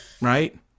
right